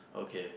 okay